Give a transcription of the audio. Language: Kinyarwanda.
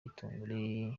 ibitunguru